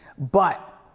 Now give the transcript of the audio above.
but